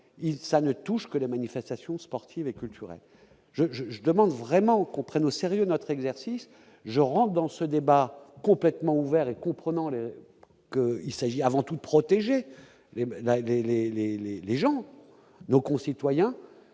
ça ne touche que les manifestations sportives et culturelles, je, je, je demande vraiment qu'on prenne au sérieux notre exercice, je rentre dans ce débat complètement ouvert et comprenant les il s'agit avant tout de protéger les ménages, les,